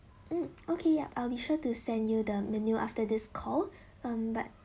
um okay ya I'll be sure to send you the menu after this call mm but